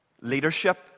leadership